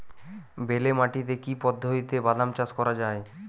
বেলে মাটিতে কি পদ্ধতিতে বাদাম চাষ করা যায়?